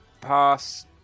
pass